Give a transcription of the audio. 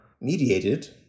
mediated